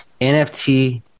NFT